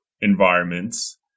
environments